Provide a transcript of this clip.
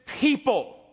people